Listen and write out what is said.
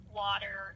water